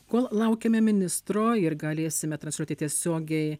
kol laukiame ministro ir galėsime transliuoti tiesiogiai